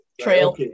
Trail